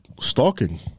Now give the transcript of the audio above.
Stalking